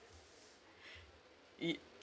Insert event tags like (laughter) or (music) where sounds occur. (breath) it